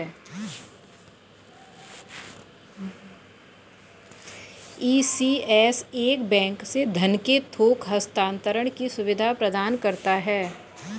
ECS एक bank से धन के थोक हस्तांतरण की सुविधा प्रदान करता है